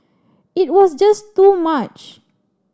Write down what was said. it was just too much